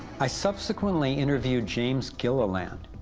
i subsequently interviewed james gilliland.